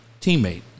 teammate